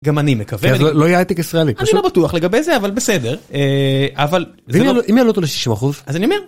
גם אני מקווה, לא יהיה הייטק ישראלי, אני לא בטוח לגבי זה, אבל בסדר, אבל זה... אם יעלו אותנו לשישהו אחוז, אז אני אומר.